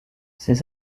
ses